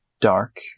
dark